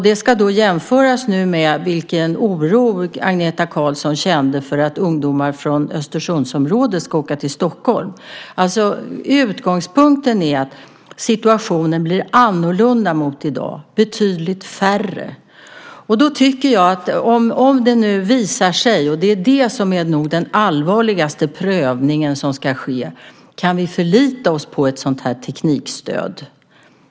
Det ska då jämföras med den oro som Annika Qarlsson känner för att ungdomar från Östersundsområdet ska åka till Stockholm. Utgångspunkten är att situationen blir annorlunda mot i dag. Det är betydligt färre. Den allvarligaste prövning som ska ske är om vi kan förlita oss på ett sådant här teknikstöd.